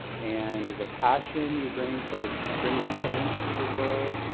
and the passion you bring for bringing change to the world,